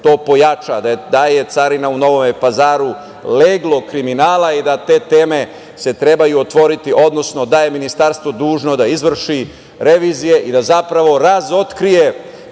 se to pojača, da je carina u Novom Pazaru leglo kriminala i da te teme se trebaju otvoriti, odnosno da je Ministarstvo dužno da izvrši revizije i da zapravo razotkrije